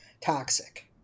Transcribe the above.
toxic